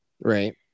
Right